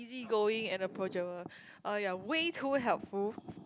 is it going and approachable oh ya way too helpful